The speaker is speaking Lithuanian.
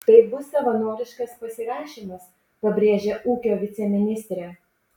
tai bus savanoriškas pasirašymas pabrėžia ūkio viceministrė